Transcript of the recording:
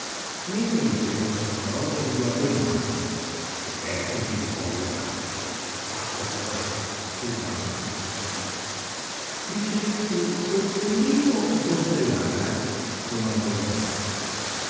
mentre diceva queste parole riguardò in alto ed eccoti di nuovo il gatto accoccolato sul ramo d'un albero dicesti porcellino o porcellana domandò il gatto